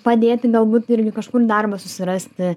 padėti galbūt irgi kažkur darbą susirasti